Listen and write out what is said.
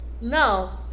No